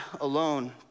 alone